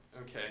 Okay